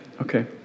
Okay